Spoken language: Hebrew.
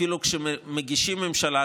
אפילו כשמגישים ממשלה,